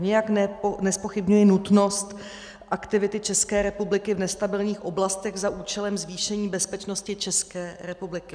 Nijak nezpochybňuji nutnost aktivity České republiky v nestabilních oblastech za účelem zvýšení bezpečnosti České republiky.